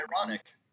ironic